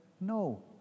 No